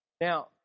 Now